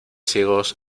ciegos